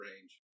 range